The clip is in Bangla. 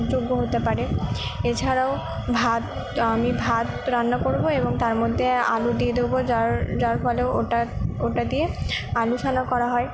যোগ্য হতে পারে এছাড়াও ভাত আমি ভাত রান্না করব এবং তার মধ্যে আলু দিয়ে দেবো যার যার ফলে ওটা ওটা দিয়ে আলু করা হয়